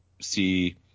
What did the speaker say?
see